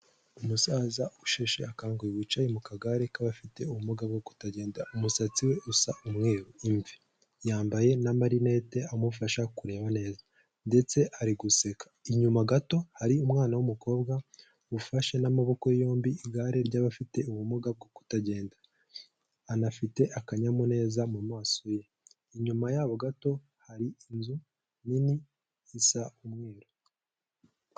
Umusaza usheshe akanguhe wicaye mu kagare k'abafite ubumuga bwo kutagenda. Umusatsi we usa umweru imvi. Yambaye n'amarinete amufasha kureba neza, ndetse ariguseka. Inyuma gato hari umwana w'umukobwa ufashe n'amaboko yombi igare ry'abafite ubumuga bwo kutagenda. Anafite akanyamuneza mu maso ye. Inyuma yabo gato hari inzu nini isa umweru.